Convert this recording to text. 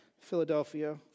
Philadelphia